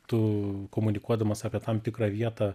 tu komunikuodamas apie tam tikrą vietą